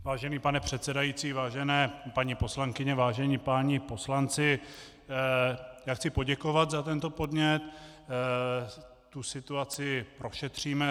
Vážený pane předsedající, vážené paní poslankyně, vážení páni poslanci, chci poděkovat za tento podnět, tu situaci prošetříme.